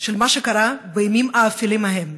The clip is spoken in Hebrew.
של מה שקרה בימים האפלים ההם.